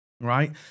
right